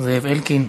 זאב אלקין,